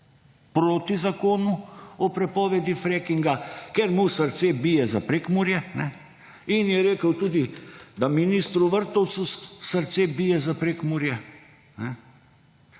proti zakonu o prepovedi frackinga, ker mu srce bije za Prekmurje in je rekel tudi, da ministru Vrtovcu srce bije za Prekmurje,